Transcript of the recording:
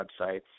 websites